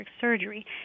surgery